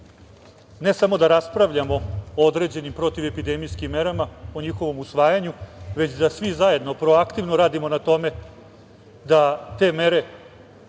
ne samo da raspravljamo o određenim protivepidemijskim merama, o njihovom usvajanju, već da svi zajedno proaktivno radimo na tome da te mere